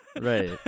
Right